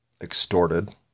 extorted